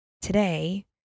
Today